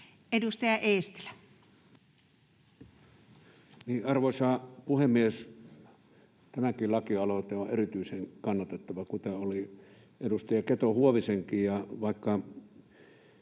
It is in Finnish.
Edustaja Eestilä. Arvoisa puhemies! Tämäkin lakialoite on erityisen kannatettava, kuten oli edustaja Keto-Huovisenkin.